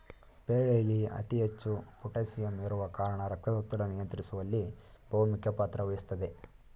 ಪೇರಳೆಯಲ್ಲಿ ಅತಿ ಹೆಚ್ಚು ಪೋಟಾಸಿಯಂ ಇರುವ ಕಾರಣ ರಕ್ತದೊತ್ತಡ ನಿಯಂತ್ರಿಸುವಲ್ಲಿ ಬಹುಮುಖ್ಯ ಪಾತ್ರ ವಹಿಸ್ತದೆ